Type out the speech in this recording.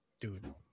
Dude